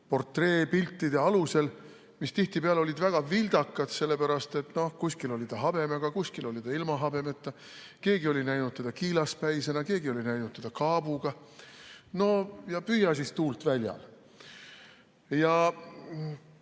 portreepiltide alusel, mis tihtipeale olid väga vildakad, sellepärast et kuskil oli ta habemega, kuskil oli ta ilma habemeta, keegi oli näinud teda kiilaspäisena, keegi oli näinud teda kaabuga. No ja püüa siis tuult väljal! Meil